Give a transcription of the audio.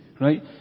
Right